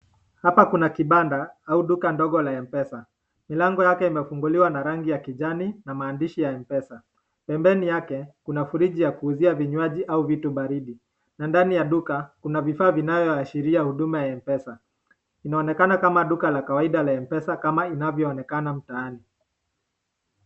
Hapa kuna kibanda au duka ndogo la mpesa, milango yake imefunguliwa na rangi ya kijani na maandishi ya mpesa, pembeni yake kuna friji ya kuuzia vinywaji au vitu baridi, na ndani ya duka, kuna vifaa inayo ashiria huduma ya mpesa, inaonekana kama duka ya kawaida ya mpesa kama inavyoonekana mtaani.